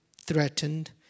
threatened